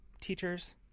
teachers